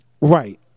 Right